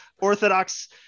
orthodox